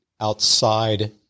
outside